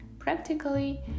Practically